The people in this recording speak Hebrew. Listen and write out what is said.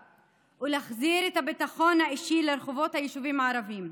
ולהחזיר את הביטחון האישי לרחובות היישובים הערביים.